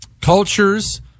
Cultures